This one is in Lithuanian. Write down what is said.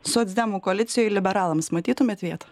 socdemų koalicijoj liberalams matytumėt vietą